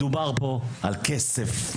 מדובר פה על כסף.